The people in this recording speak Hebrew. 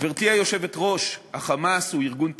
גברתי היושבת-ראש, ה"חמאס" הוא ארגון טרור,